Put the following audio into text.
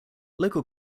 local